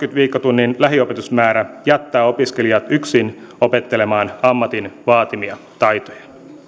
viikkotunnin lähiopetusmäärä jättää opiskelijat yksin opettelemaan ammatin vaatimia taitoja